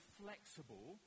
flexible